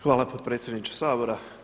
Hvala potpredsjedniče Sabora!